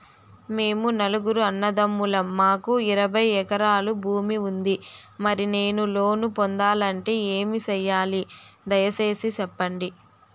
మేము నలుగురు అన్నదమ్ములం మాకు ఇరవై ఎకరాల భూమి ఉంది, మరి నేను లోను పొందాలంటే ఏమి సెయ్యాలి? దయసేసి సెప్పండి?